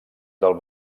del